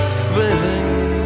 feeling